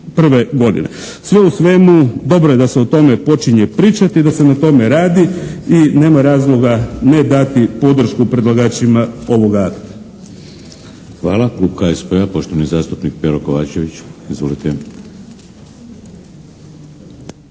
Sve u svemu dobro je da se o tome počinje pričati i da se na tome radi i nema razloga ne dati podršku predlagačima ovoga. **Šeks, Vladimir (HDZ)** Hvala. Klub HSP-a poštovani zastupnik Pero Kovačević. Izvolite.